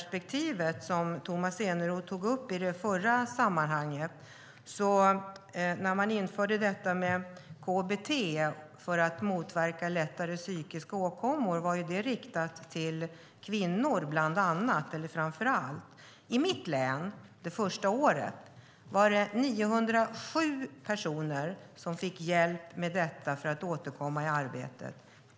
Vad har Tomas Eneroth och Socialdemokraterna för förslag? Jag vill veta dem här och nu så att jag kan ta med mig dem och fortsätta att arbeta för en samsyn och kanske initiera att vi jobbar än mer på det här området. Tomas Eneroth tog tidigare upp genusperspektivet. När man införde KBT för att motverka lättare psykiska åkommor var det riktat framför allt till kvinnor. I mitt län var det under det första året 907 personer som fick hjälp med att återkomma i arbetet.